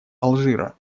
алжира